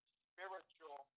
spiritual